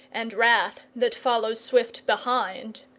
and wrath that follows swift behind.